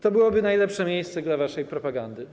To byłoby najlepsze miejsce dla waszej propagandy.